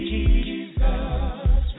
Jesus